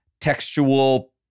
textual